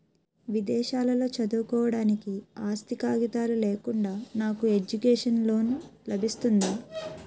విదేశాలలో చదువుకోవడానికి ఆస్తి కాగితాలు లేకుండా నాకు ఎడ్యుకేషన్ లోన్ లబిస్తుందా?